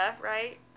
right